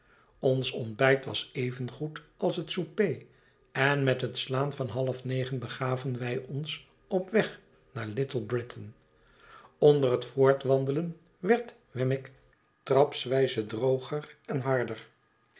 ons ontbijt was evengoed als het souper en met het slaan van half negen begaven wij ons op weg naar little britain onder het voortwandelen werd wemmick trapswijze droger en harder